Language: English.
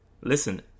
listen